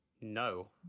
No